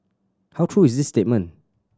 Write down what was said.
how true is this statement